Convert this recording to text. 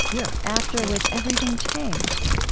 yeah after which everything changed.